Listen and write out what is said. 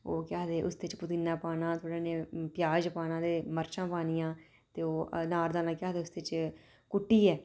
ओह् क्या आखदे कि उसदे च पुदीना पाना थोह्ड़ा जेहा प्याज पाना ते मर्चां पानियां ते ओह् अनारदाना क्या आखदे उसदे च कुट्टियै